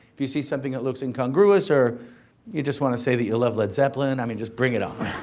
if you see something that looks incongruous or you just wanna say that you love led zeppelin, i mean, just bring it on.